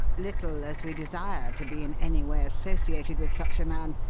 little as we desire to be in any way associated with such a man,